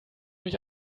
mich